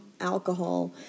alcohol